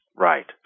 Right